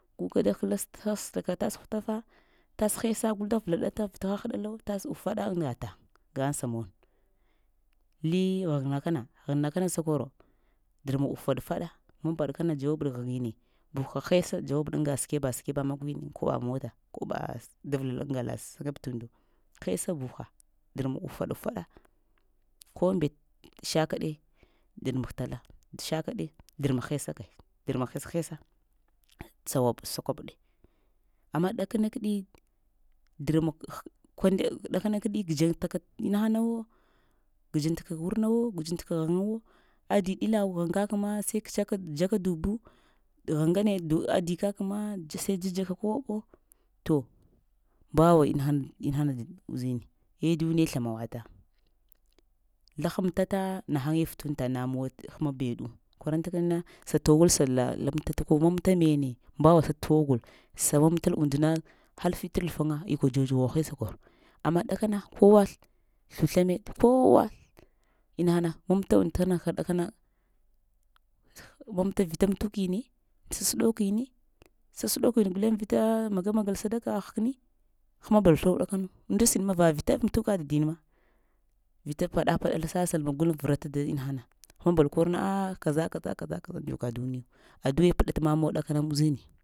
Guka da həls bata tas hwtafa tas həisa gul da vlaɗata vita hahɗalo tas ufada aŋga tan gahaŋ sa mono, le ghin ghin nakana sakoro drmak ufaɗ ufaɗa mba-mbaɗ kana dzwab ts ghine buha həisa dzwab ts anga səɓkeba səba makwəni koɓa mota kaba da kal anga la snagbe tundo həisa buha drmuk ufaɗ-ufaɗa ko mbət səkadai drumk tala ts səkadai drumk həisa, həisa tswab dzwabɗe amma ɗakanakɗi drmuk konɗeg wurnaw, gdzanta ghin wo, adi dila ghin kakma kts dzaka dubu ghiŋ ngne adi kakma sai dza dza ka kobo to mbawa inaha na inahan əah duniye slamawata laha mtata nahaŋge ftanta namuwa hanɓɗo kwaranfakana sa twal sa la mtala ko sa manntannene mbawa twul gul sa manta undna hal fiti alfang ikwa dzo-dz wohəi sakur amma kɗa kana kowa sluslaməɗe kowa inahana tangh ka ɗakana mamta vio mutini sasɗokini, sasɗokini guleŋ vita maganag sadakini həkeni həmbol tuwal ɗakanu va vita mutuka dadin ma vita pəɗa-pəɗal gul vrata dat inahana həmabul kurna avah kaza-kaza-kaza-kaza undzuka duniyo aduwe pɗata mamuwa uzini